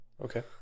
Okay